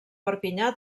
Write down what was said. perpinyà